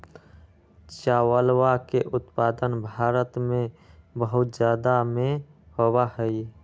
चावलवा के उत्पादन भारत में बहुत जादा में होबा हई